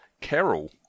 Carol